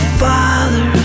father